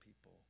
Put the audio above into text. people